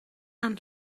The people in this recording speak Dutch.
aan